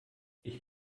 ich